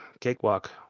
Cakewalk